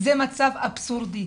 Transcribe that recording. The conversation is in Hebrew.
זה מצב אבסורדי,